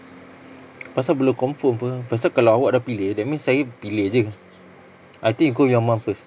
pasal belum confirm [pe] pasal kalau awak dah pilih that means saya pilih jer I think you go with your mum first